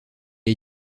est